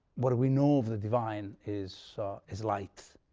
what we know of the divine is is light,